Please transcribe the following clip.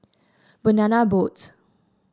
Banana Boat